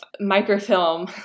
microfilm